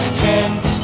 tent